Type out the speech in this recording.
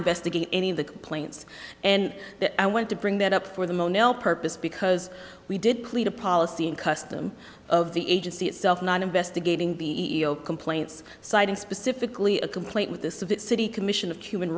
investigate any of the complaints and i want to bring that up for the mono purpose because we did clete a policy in custom of the agency itself not investigating the e e o c complaints citing specifically a complaint with this of the city commission of human